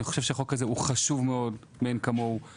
אני חושב שהחוק הזה הוא חשוב מאין כמוהו.